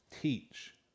Teach